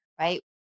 right